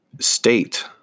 state